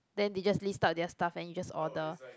then they just list out their stuff and you just order